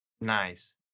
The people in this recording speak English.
Nice